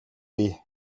бий